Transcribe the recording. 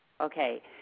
Okay